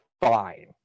fine